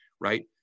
right